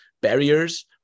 barriers